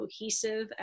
cohesive